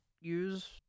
use